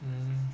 mm